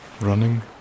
running